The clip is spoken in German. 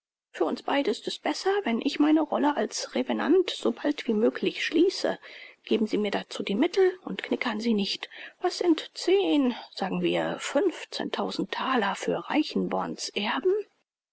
für uns beide ist es besser wenn ich meine rolle als revenant so bald wie möglich schließe geben sie mir dazu die mittel und knickern sie nicht was sind zehn sagen wir fünfzehn tausend thaler für reichenborn's erben